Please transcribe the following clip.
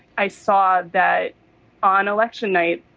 i saw that on election night.